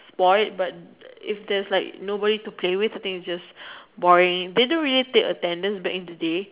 bored if there's nobody to play with then you just boring they don't really take attendance back in the day